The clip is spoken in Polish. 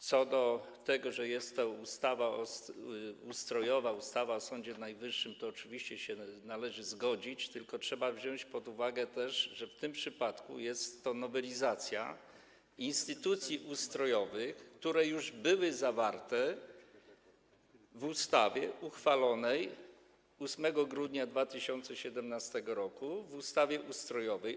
Co do tego, że jest to ustawa ustrojowa - ustawa o Sądzie Najwyższym - to oczywiście należy się zgodzić, tylko trzeba wziąć pod uwagę też to, że w tym przypadku jest to nowelizacja dotycząca instytucji ustrojowych, które już były zawarte w ustawie uchwalonej 8 grudnia 2017 r., w ustawie ustrojowej.